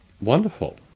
Wonderful